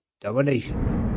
domination